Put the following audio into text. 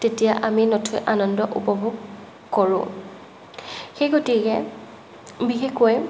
তেতিয়া আমি নথৈ আনন্দ উপভোগ কৰোঁ সেই গতিকে বিশেষকৈ